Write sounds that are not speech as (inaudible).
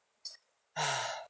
(noise) (breath)